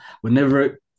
whenever